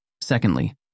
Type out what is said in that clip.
Secondly